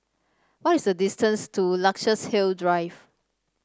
what is the distance to Luxus Hill Drive